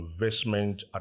investment